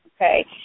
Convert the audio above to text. okay